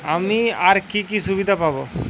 আমি আর কি কি সুবিধা পাব?